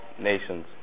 nations